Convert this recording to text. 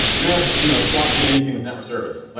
you don't have you know squat to do anything with network service. like